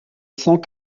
cent